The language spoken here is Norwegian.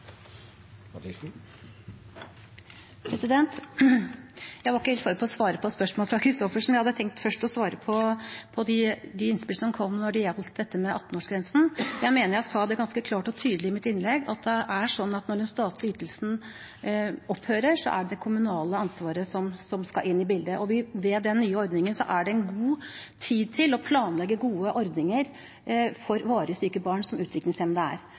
regner jeg med at jeg får et svar på det. Jeg var ikke helt forberedt på å svare på spørsmålet fra Christoffersen. Jeg hadde først tenkt å svare på de innspillene som har kommet når det gjelder 18-årsgrensen. Jeg mener jeg sa ganske klart og tydelig i mitt innlegg at når den statlige ytelsen opphører, skal det kommunale ansvaret inn i bildet. Med den nye ordningen er det god tid til å planlegge gode ordninger for varig syke barn, som utviklingshemmede er.